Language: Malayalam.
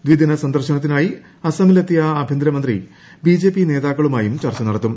ദ്വിദിന സന്ദർശനത്തിനായി അസമിൽ എത്തിയ ആഭ്യന്തരമന്ത്രി ബിജെപി നേതാക്കളുമായും ചർച്ച നടത്തും